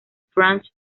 franz